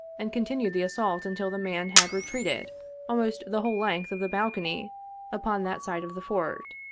and continued the assault until the man had re treated almost the whole length of the balcony upon that side of the fort.